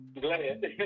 Glad